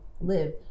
live